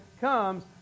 comes